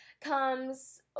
comes